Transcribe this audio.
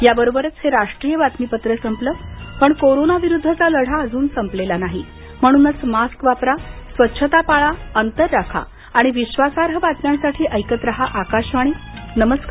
याबरोबरच हे राष्ट्रीय बातमीपत्र संपलं पण कोरोना विरुद्धचा लढा अजून संपलेला नाही म्हणूनच मास्क वापरा स्वच्छता पाळा अंतर राखा आणि विश्वासार्ह बातम्यांसाठी ऐकत रहा आकाशवाणी नमस्कार